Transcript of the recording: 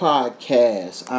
Podcast